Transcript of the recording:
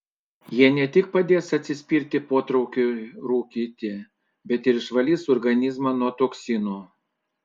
jie ne tik padės atsispirti potraukiui rūkyti bet ir išvalys organizmą nuo toksinų